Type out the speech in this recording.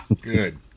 Good